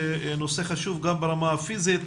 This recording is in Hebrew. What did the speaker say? נושא חשוב גם ברמה הפיזית,